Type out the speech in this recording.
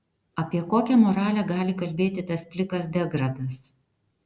apie kokią moralę gali kalbėti tas plikas degradas